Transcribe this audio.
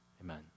Amen